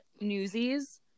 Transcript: Newsies